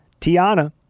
Tiana